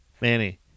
Manny